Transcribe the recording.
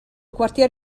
quartier